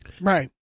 Right